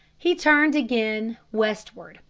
he turned again westward,